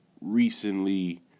recently